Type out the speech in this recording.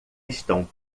estão